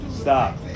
stop